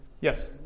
Yes